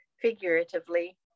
figuratively